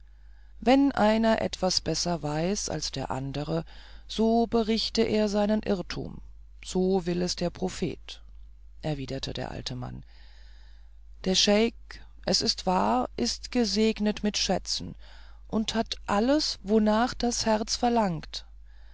wenn einer etwas besser weiß als der andere so berichte er seinen irrtum so will es der prophet erwiderte der alte mann der scheik es ist wahr ist gesegnet mit schätzen und hat alles wornach das herz verlangt